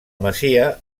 masia